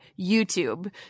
YouTube